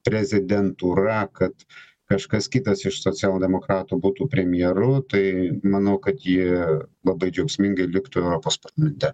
prezidentūra kad kažkas kitas iš socialdemokratų būtų premjeru tai manau kad ji labai džiaugsmingai liktų europos parlamente